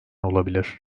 olabilir